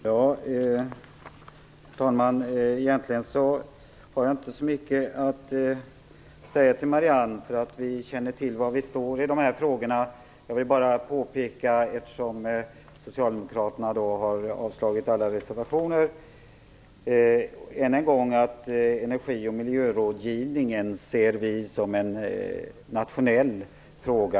Herr talman! Egentligen har jag inte så mycket att säga till Marianne Carlström. Vi känner till var vi står i dessa frågor. Eftersom socialdemokraterna avstyrker alla reservationer vill jag bara än en gång påpeka att vi ser Energi och miljörådgivningen som en nationell fråga.